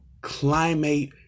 climate